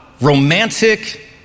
romantic